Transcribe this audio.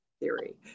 theory